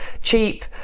cheap